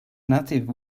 native